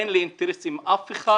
השולחן: אין לי אינטרס עם אף אחד,